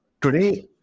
Today